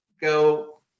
go